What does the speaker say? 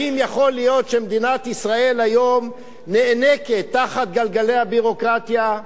האם יכול להיות שמדינת ישראל היום נאנקת תחת גלגלי הביורוקרטיה,